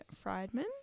Friedman